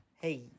Hey